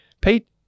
Pete